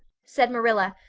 said marilla,